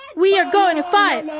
we are going to fight!